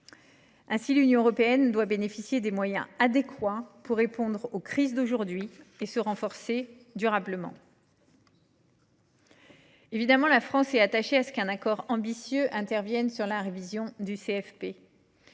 Ainsi, l’Union européenne doit bénéficier de moyens adéquats pour répondre aux crises actuelles et pour se renforcer durablement. La France est attachée au fait qu’un accord ambitieux intervienne sur la révision du CFP,